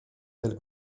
del